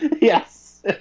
Yes